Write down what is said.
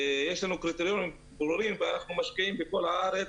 יש לנו קריטריונים ברורים ואנחנו משקיעים בכל הארץ,